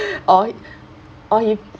oh y~ oh you